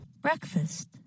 Breakfast